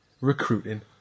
recruiting